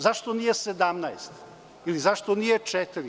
Zašto nije 17% ili zašto nije 4%